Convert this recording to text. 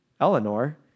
Eleanor